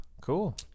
cool